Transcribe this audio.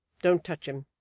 don't touch him